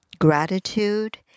gratitude